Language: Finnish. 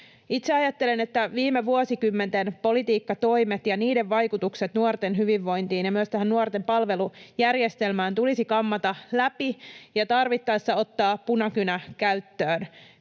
Itse ajattelen, että viime vuosikymmenten politiikkatoimet ja niiden vaikutukset nuorten hyvinvointiin ja myös tähän nuorten palvelujärjestelmään tulisi kammata läpi ja tarvittaessa ottaa punakynä käyttöön.